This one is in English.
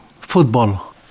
football